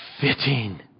fitting